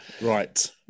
Right